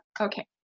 Okay